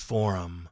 Forum